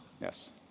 yes